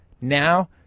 now